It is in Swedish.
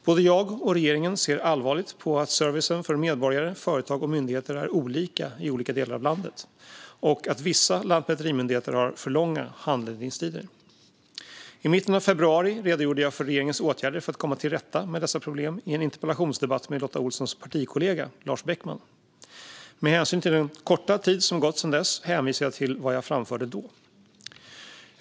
Både jag och regeringen ser allvarligt på att servicen för medborgare, företag och myndigheter är olika i olika delar av landet och att vissa lantmäterimyndigheter har för långa handläggningstider. I mitten av februari redogjorde jag för regeringens åtgärder för att komma till rätta med dessa problem i en interpellationsdebatt med Lotta Olssons partikollega Lars Beckman. Med hänsyn till den korta tid som gått sedan dess hänvisar jag till vad jag framförde då.